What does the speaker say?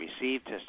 received